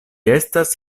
estas